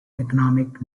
economic